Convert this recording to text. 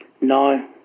No